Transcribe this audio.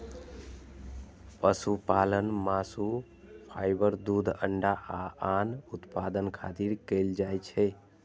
पशुपालन मासु, फाइबर, दूध, अंडा आ आन उत्पादक खातिर कैल जाइ छै